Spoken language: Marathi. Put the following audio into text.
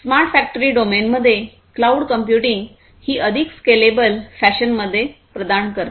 स्मार्ट फॅक्टरी डोमेनमध्ये क्लाउड कंप्यूटिंग ही अधिक स्केलेबल फॅशनमध्ये प्रदान करते